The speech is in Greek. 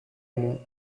μου